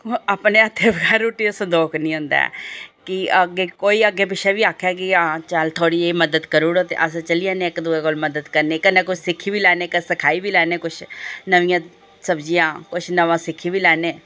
अपने हत्थें बगैर रुट्टी दा संदोख निं औंदा ऐ कि अग्गें कोई अग्गें पिच्छें बी आक्खै कि हां चल थोह्ड़ी जेही मदद करी ओड़ ते अस चली जन्ने इक दूए कोल मदद करने ई कन्नै कोई सिक्खी बी लैन्ने कोई सखाई बी लैन्ने किश नमियां सब्जियां किश नमां सिक्खी बी लैन्ने